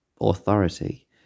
authority